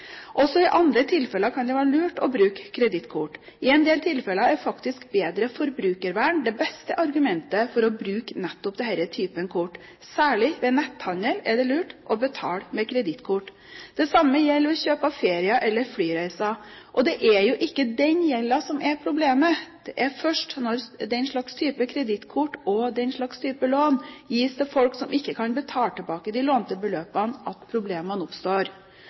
Også i andre tilfeller kan det være lurt å bruke kredittkort. I en del tilfeller er bedre forbrukervern faktisk det beste argumentet for å bruke nettopp denne typen kort. Særlig ved netthandel er det lurt å betale med kredittkort. Det samme gjelder ved kjøp av ferie- eller flyreiser. Det er ikke denne gjelden som er problemet. Det er først når den type kredittkort og den type lån gis til folk som ikke kan betale tilbake de lånte beløpene, at problemene oppstår.